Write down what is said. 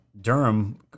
Durham